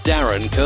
Darren